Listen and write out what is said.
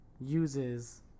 uses